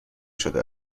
شده